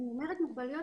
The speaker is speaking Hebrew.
כשאני אומרת "מוגבלויות",